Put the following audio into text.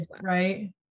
right